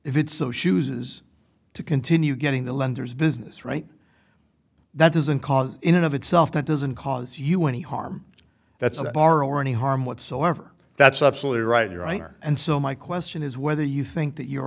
if it so shoes is to continue getting the lenders business right that doesn't cause in and of itself that doesn't cause you any harm that's a borrower any harm whatsoever that's absolutely right your honor and so my question is whether you think that your